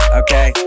okay